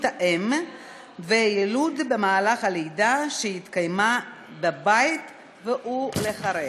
האם והיילוד במהלך הלידה שהתקיימה בבית ולאחריה.